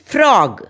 Frog